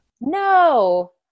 no